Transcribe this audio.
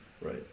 Right